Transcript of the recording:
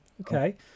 okay